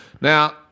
Now